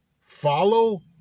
Follow